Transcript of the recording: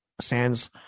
Sands